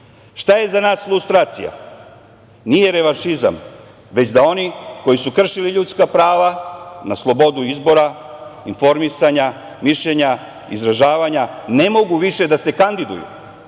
Šta je za nas lustracija? Nije revanšizam, već da oni koji su kršili ljudska prava na slobodu izbora, informisanja, mišljenja, izražavanja, ne mogu više da se kandiduju